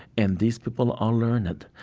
and these people are learned.